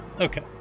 Okay